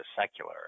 secular